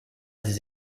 des